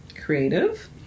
creative